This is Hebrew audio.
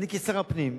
אני, כשר הפנים,